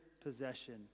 possession